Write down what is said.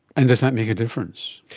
and does that make a difference?